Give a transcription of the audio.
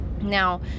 Now